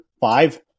five